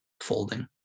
folding